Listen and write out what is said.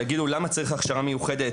ויגידו: "למה צריך הכשרה מיוחדת,